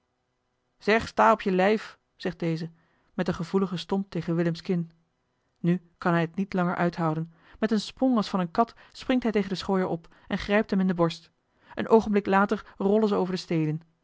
zeg sta op je lijf zegt deze met een gevoeligen stomp tegen willems kin nu kan hij het niet langer uithouden met een sprong als van eene kat springt hij tegen den schooier op en grijpt hem in de borst een oogenblik later rollen ze over de steenen